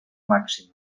màxima